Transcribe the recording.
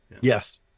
Yes